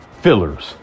fillers